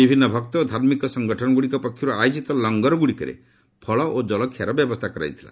ବିଭିନ୍ନ ଭକ୍ତ ଓ ଧାର୍ମିକ ସଙ୍ଗଠନଗୁଡ଼ିକ ପକ୍ଷରୁ ଆୟୋଜିତ ଲଙ୍ଗର୍ଗ୍ରଡ଼ିକରେ ଫଳ ଓ ଜଳଖିଆର ବ୍ୟବସ୍ଥା କରାଯାଇଥିଲା